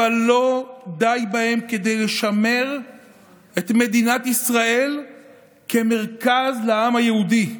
אבל לא די בכך כדי לשמר את מדינת ישראל כמרכז לעם היהודי.